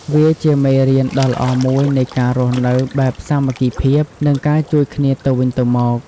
វាជាមេរៀនដ៏ល្អមួយនៃការរស់នៅបែបសាមគ្គីភាព និងការជួយគ្នាទៅវិញទៅមក។